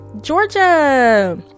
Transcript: Georgia